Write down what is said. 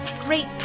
great